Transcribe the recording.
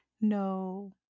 no